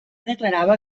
declarava